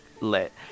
lit